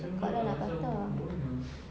cakap lah nak prata